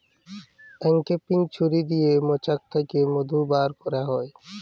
uncapping ছুরি দিয়ে মোচাক থ্যাকে মধু ব্যার ক্যারা হয়